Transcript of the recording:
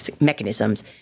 mechanisms